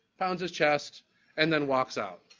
pounds his chest and then walks out.